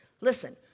Listen